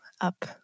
up